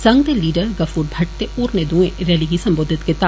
संघ दे लीडर गफूर भट्ट ते होरनें दुए रैली गी सम्बोधित कीता